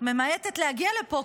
ממעטת להגיע לפה,